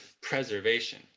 preservation